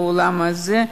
בעולם הזה,